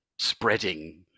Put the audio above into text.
spreading